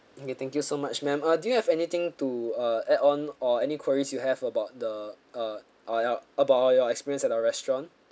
okay thank you so much ma'am uh do you have anything to uh add on or any queries you have about the uh or your about your experience at our restaurant